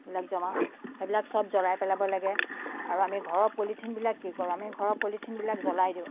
এইবিলাক জমা সেইবিলাক চব জ্বলাই পেলাব লাগে আৰু আমি ঘৰৰ পলিথিনবিলাক কি কৰোঁ আমি ঘৰৰ পলিথিনবিলাক জ্বলাই দিওঁ